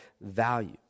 value